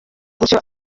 gutyo